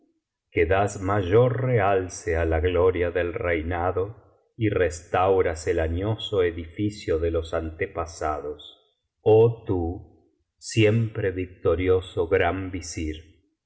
que das mayor realce á ja gloria del reinado y restauras el añoso edificio de los antepasados oh tú siempre victorioso gran visir das